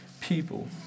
people